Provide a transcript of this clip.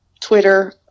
Twitter